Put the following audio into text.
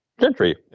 Gentry